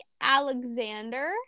Alexander